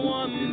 one